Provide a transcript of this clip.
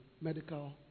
medical